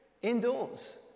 indoors